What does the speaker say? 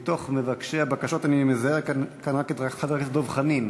מתוך מבקשי הבקשות אני מזהה כאן רק את חבר הכנסת דב חנין.